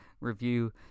review